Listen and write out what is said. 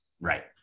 Right